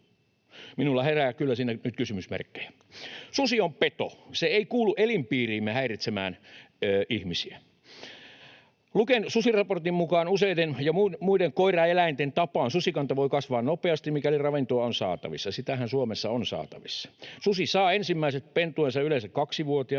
Minulla herää kyllä siinä nyt kysymysmerkkejä. Susi on peto. Se ei kuulu elinpiiriimme häiritsemään ihmisiä. Luken susiraportin mukaan useiden muiden koiraeläinten tapaan susikanta voi kasvaa nopeasti, mikäli ravintoa on saatavissa. Sitähän Suomessa on saatavissa. Susi saa ensimmäiset pentueensa yleensä kaksivuotiaana,